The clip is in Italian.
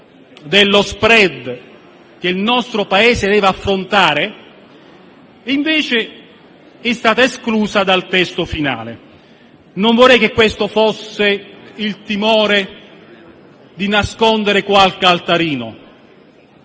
dello *spread* che il nostro Paese deve affrontare, è stata esclusa dal testo finale. Non vorrei che ciò sia dovuto al timore di nascondere qualche altarino.